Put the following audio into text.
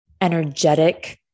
energetic